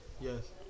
yes